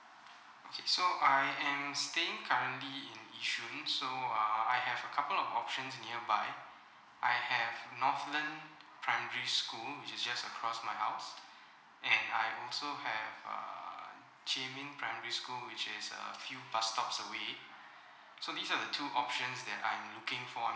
okay so I am staying currently in yishun so uh I have a couple of options nearby I have northland primary school it's just across my house and I also have err xinmin primary school which is a few bus stops away so these are the two options that I'm looking for